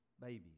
babies